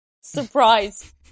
surprise